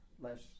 less